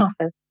office